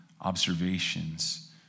observations